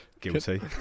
Guilty